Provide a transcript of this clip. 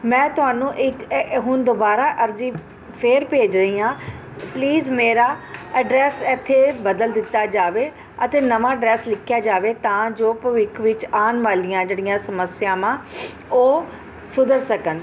ਮੈਂ ਤੁਹਾਨੂੰ ਇਕ ਇਹ ਹੁਣ ਦੁਬਾਰਾਂ ਅਰਜ਼ੀ ਫਿਰ ਭੇਜ ਰਹੀ ਹਾਂ ਪਲੀਜ਼ ਮੇਰਾ ਐਡਰੈਸ ਇੱਥੇ ਬਦਲ ਦਿੱਤਾ ਜਾਵੇ ਅਤੇ ਨਵਾਂ ਡਰੈਸ ਲਿਖਿਆ ਜਾਵੇ ਤਾਂ ਜੋ ਭਵਿੱਖ ਵਿੱਚ ਆਉਣ ਵਾਲੀਆਂ ਜਿਹੜੀਆਂ ਸਮੱਸਿਆਵਾਂ ਉਹ ਸੁਧਰ ਸਕਣ